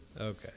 Okay